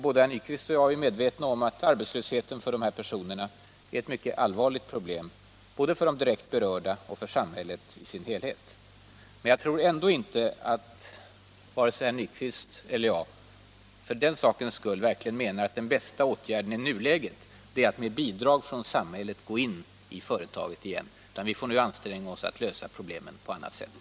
Både herr Nyquist och jag är medvetna om att arbetlösheten för dessa personer är ett mycket allvarligt problem, både för de direkt berörda och för samhället i dess helhet. Men jag tror ändå inte att vare sig herr Nyquist eller jag för den sakens skull verkligen menar att den bästa åtgärden nu är att med bidrag från samhället gå in i företaget igen. Vi får i stället anstränga oss att söka — Nr 135 lösa problemen på annat sätt.